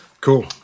cool